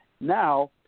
Now